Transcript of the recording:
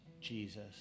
Jesus